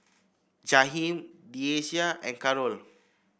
Jaheem Deasia and Carroll